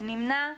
מי נמנע?